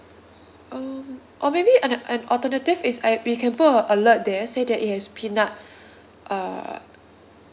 um or maybe an an alternative is a we can put a alert there say that it has peanut uh